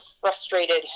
frustrated